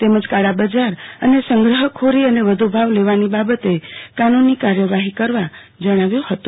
તમજ કાળાબજાર અને સંગ્રહખોરો અને વધુ ભાવ લેવાની બાબતે કાનુની કાર્યવાહી કરવા જણાવ્યું હતું